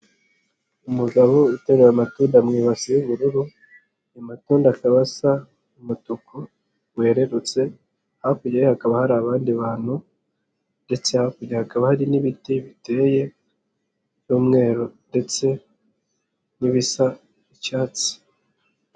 Umugabo uteruye amatunda mu ibasi y'ubururu, ayo matunda akaba asa umutuku werererutse, hakurya ye hakaba hari abandi bantu ndetse hakurya hakaba hari n'ibiti biteye by'umweru ndetse n'ibisa icyatsi.